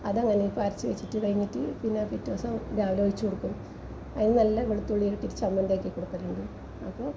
അതങ്ങനെ ഇപ്പം അരച്ച് വെച്ചിട്ട് കഴിഞ്ഞിട്ട് പിന്നെ പിറ്റേ ദിവസം രാവിലെ ഒഴിച്ച് കൊടുക്കും അത് നല്ല വെളുത്തുള്ളി ഇട്ടിട്ട് ചമ്മന്തി ആക്കി കൊടുക്കലുണ്ട് അപ്പോൾ